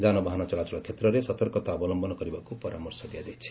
ଯାନବାହନ ଚଳାଚଳ ଷେତ୍ରରେ ସତର୍କତା ଅବଲମ୍ସନ କରିବାକୁ ପରାମର୍ଶ ଦିଆଯାଇଛି